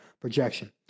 projection